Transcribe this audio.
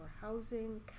housing